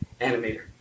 animator